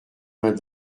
vingt